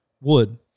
wood